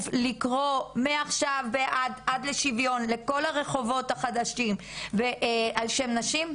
לקרוא מעכשיו ועד לשוויון לכל הרחובות החדשים על שם נשים?